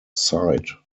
sight